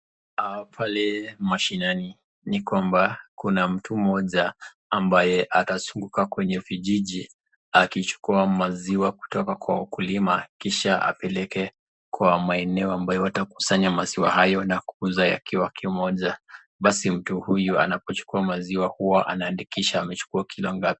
Pale mashinani ni kwamba kuna mtu mmoja ambaye atazunguka kwenye vijiji akichukua maziwa kutoka kwa wakulima kisha apeleke kwa maeneo ambayo watakusanya maziwa hayo na kuuza yakiwa kimoja, basi mtu huyu anapochukua maziwa haya huwa anaandikisha amechukua kilo ngapi.